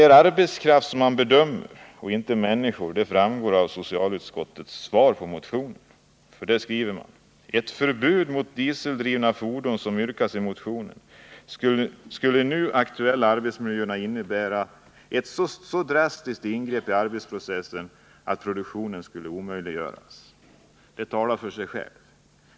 Av socialutskottets svar på motionen framgår att det är arbetskraft och inte människor som man bedömer. Utskottet skriver: ”Ett förbud mot dieseldrivna fordon som yrkas i motionen skulle i nu aktuella arbetsmiljöer innebära ett så drastiskt ingrepp i arbetsprocesserna att produktionen sannolikt skulle omöjliggöras.” Detta talar för sig självt.